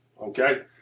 Okay